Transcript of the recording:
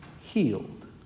healed